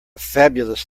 fabulous